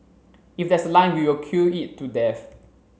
if there's a line we will queue it to death